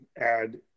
add